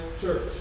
church